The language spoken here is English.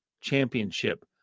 championship